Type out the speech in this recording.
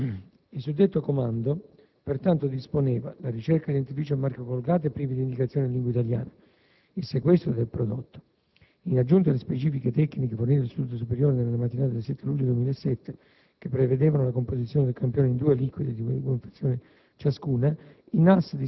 Il suddetto comando, pertanto, disponeva la ricerca dei dentifrici a marchio "Colgate" privi di indicazioni in lingua italiana e il sequestro del prodotto. In aggiunta alle specifiche tecniche fornite dall'Istituto Superiore nella mattinata del 7 luglio 2007, che prevedevano la composizione del campione in due aliquote da due confezioni ciascuna,